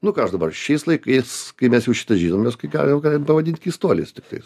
nu ką aš dabar šiais laikais kai mes jau šitą žinom mes gi galim galim pavadint keistuoliais tiktais